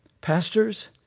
Pastors